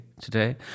today